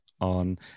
on